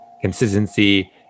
consistency